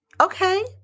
Okay